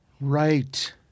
Right